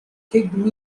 kicked